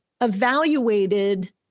evaluated